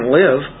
live